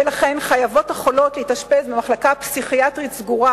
ולכן החולות חייבות להתאשפז במחלקה פסיכיאטרית סגורה,